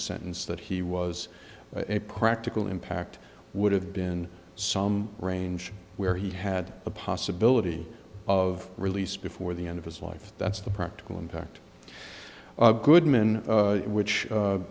sentence that he was a practical impact would have been some range where he had the possibility of release before the end of his life that's the practical impact goodman which